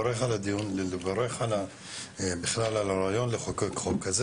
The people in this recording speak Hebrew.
הדיון ולברך על הרעיון לחוקק חוק כזה.